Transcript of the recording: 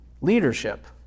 leadership